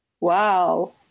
Wow